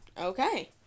okay